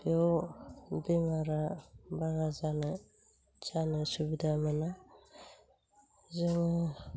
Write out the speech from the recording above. बेव बेमारा बारा जानो जानो सुबिदा मोना जोङो